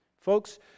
Folks